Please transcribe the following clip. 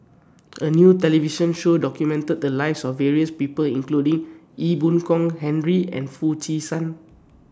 A New television Show documented The Lives of various People including Ee Boon Kong Henry and Foo Chee San